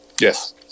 Yes